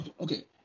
okay